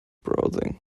browsing